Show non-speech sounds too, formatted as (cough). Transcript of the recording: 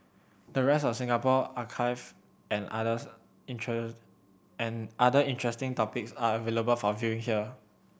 the rest of the Singapore archive and others (unintelligible) and other interesting topics are available for viewing here